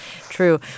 True